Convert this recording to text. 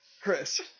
Chris